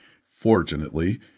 Fortunately